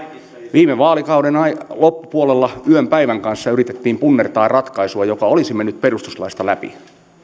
viime vaalikauden loppupuolella yön päivän kanssa yritettiin punnertaa ratkaisua joka olisi mennyt perustuslaista läpi